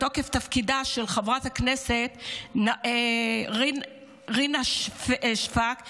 בתוקף תפקידה של חברת הכנסת רינה שפק,